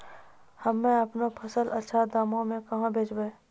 हम्मे आपनौ फसल अच्छा दामों मे कहाँ बेचबै?